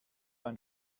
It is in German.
ein